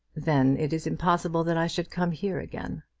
then it is impossible that i should come here again.